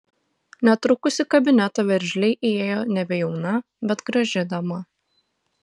netrukus į kabinetą veržliai įėjo nebejauna bet graži dama